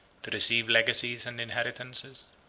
to receive legacies and inheritances,